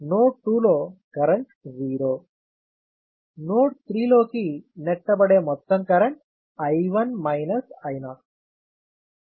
node 2 లో current 0 node 3 లోకి నెట్టబడే మొత్తం కరెంట్ I3 I0